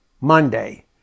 Monday